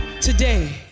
Today